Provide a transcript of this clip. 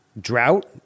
drought